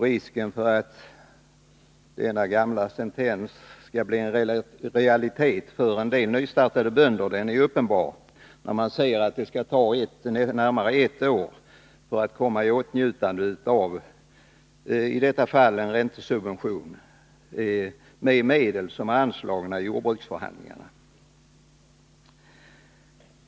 Risken för att denna sentens skall bli en realitet för en del bönder med nystartade jordbruk är uppenbar, när de ser att det tar i det närmaste ett år innan de kan komma i åtnjutande av den räntesubvention för vilken medel är anslagna i jordbruksförhandlingarna.